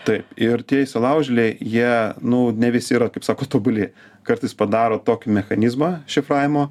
taip ir tie įsilaužėliai jie nu ne visi yra kaip sako tobuli kartais padaro tokį mechanizmą šifravimo